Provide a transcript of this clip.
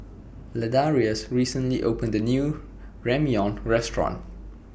Ladarius recently opened A New Ramyeon Restaurant